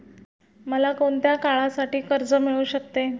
मला कोणत्या काळासाठी कर्ज मिळू शकते?